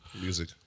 Music